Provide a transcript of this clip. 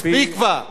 מספיק כבר.